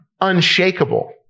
unshakable